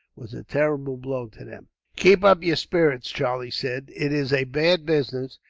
was a terrible blow to them. keep up your spirits, charlie said. it is a bad business,